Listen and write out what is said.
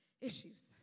issues